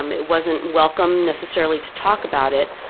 um it wasn't welcome, necessarily, to talk about it,